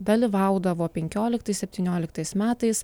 dalyvaudavo penkioliktais septynioliktais metais